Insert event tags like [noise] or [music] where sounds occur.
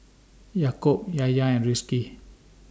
Yaakob [unintelligible] and Rizqi